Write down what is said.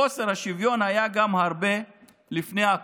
חוסר השוויון גם היה הרבה לפני הקורונה,